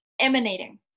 emanating